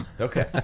Okay